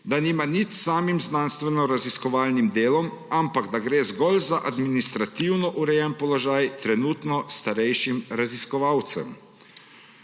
da nima nič s samim znanstvenoraziskovalnim delom, ampak da gre zgolj za administrativno urejen položaj trenutno starejšim raziskovalcem.